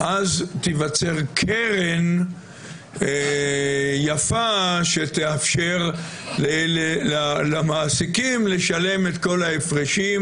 אז תיווצר קרן יפה שתאפשר למעסיקים לשלם את כל ההפרשים,